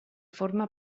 forma